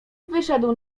wyszedł